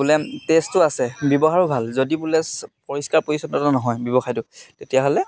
বোলে টেষ্টো আছে ব্যৱহাৰো ভাল যদি বোলে পৰিষ্কাৰ পৰিচ্ছন্নতা নহয় ব্যৱসায়টো তেতিয়াহ'লে